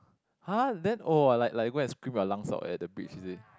!huh! then oh like like go and scream your lungs out at the bridge is it